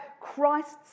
Christ's